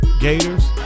Gators